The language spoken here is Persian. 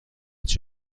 هیچ